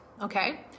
Okay